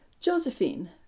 Josephine